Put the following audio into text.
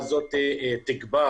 אבל זה לא תחום שאני רוצה להתייחס